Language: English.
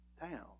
town